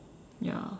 ya